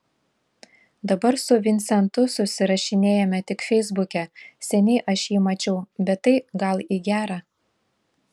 dabar su vincentu susirašinėjame tik feisbuke seniai aš jį mačiau bet tai gal į gera